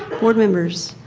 board members,